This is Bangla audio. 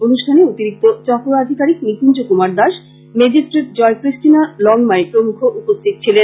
অনুষ্ঠানে অতিরিক্ত চক্র অধিকারীক নিকুঞ্জ কুমার দাস মেজিস্ট্রেট জয় ক্রিষ্টিনা লংমাই প্রমুখ উপস্থিত ছিলেন